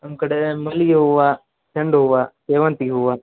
ನಮ್ಮ ಕಡೆ ಮಲ್ಲಿಗೆ ಹೂವು ಚೆಂಡು ಹೂವು ಸೇವಂತಿಗೆ ಹೂವು